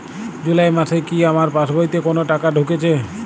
জুলাই মাসে কি আমার পাসবইতে কোনো টাকা ঢুকেছে?